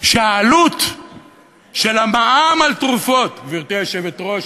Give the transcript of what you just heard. היא שהעלות של המע"מ על תרופות, גברתי היושבת-ראש,